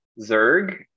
Zerg